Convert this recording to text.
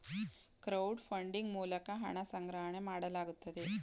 crowd funding ಮೂಲಕ ಹಣ ಸಂಗ್ರಹಣೆ ಮಾಡಲಾಗುತ್ತದೆ